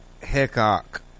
Hickok